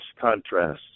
contrasts